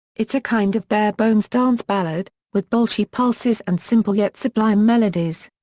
it's a kind of bare bones dance ballad, with bolshy pulses and simple-yet-sublime melodies.